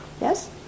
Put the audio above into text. Yes